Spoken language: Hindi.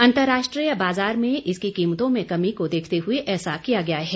अंतरराष्ट्रीय बाजार में इसकी कीमतों में कमी को देखते हुए ऐसा किया गया है